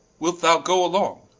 wilt thou go along?